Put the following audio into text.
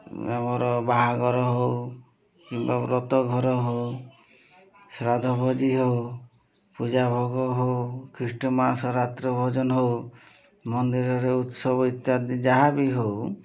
ଆମର ବାହାଘର ହେଉ ବ୍ରତଘର ହେଉ ଶ୍ରାଦ୍ଧ ଭୋଜି ହେଉ ପୂଜା ଭୋଗ ହେଉ ଖ୍ରୀଷ୍ଟ୍ମାସ୍ ରାତ୍ରଭୋଜନ ହେଉ ମନ୍ଦିରରେ ଉତ୍ସବ ଇତ୍ୟାଦି ଯାହା ବି ହେଉ